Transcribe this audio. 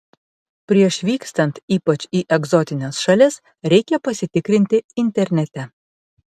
prieš vykstant ypač į egzotines šalis reikia pasitikrinti internete